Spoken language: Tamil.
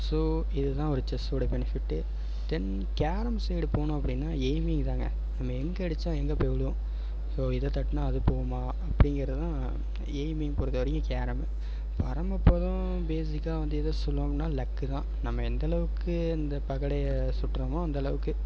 ஸோ இது தான் ஒரு செஸ்ஸோட பெனிஃபிட்டு தென் கேரம் சைடு போனோம் அப்படின்னா எய்மே இதாங்க நம்ம எங்கே அடிச்சால் எங்கே போய் விழுவும் ஸோ இதை தட்டுனா அது போகுமா அப்படிங்கிறது தான் எய்மிங் பொறுத்த வரைக்கும் கேரமு பரமபதம் பேசிக்காக வந்து எதை சொல்லுவாங்கன்னா லக்கு தான் நம்ம எந்த அளவுக்கு அந்த பகடையை வந்து சுட்றோமோ அந்த அளவுக்கு